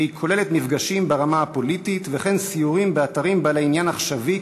והיא כוללת מפגשים ברמה הפוליטית וכן סיורים באתרים בעלי עניין עכשווי,